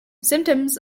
symptoms